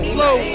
Flow